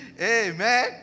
Amen